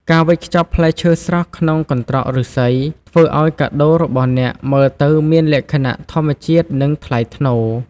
ការវេចខ្ចប់ផ្លែឈើស្រស់ក្នុងកន្ត្រកឫស្សី ធ្វើឱ្យកាដូរបស់អ្នកមើលទៅមានលក្ខណៈធម្មជាតិ និងថ្លៃថ្នូរ។